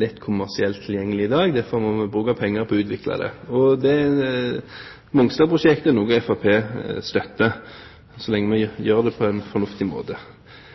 lett kommersielt tilgjengelig i dag. Derfor må vi bruke penger på å utvikle det, og Mongstad-prosjektet er noe Fremskrittspartiet støtter – så lenge